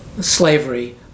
slavery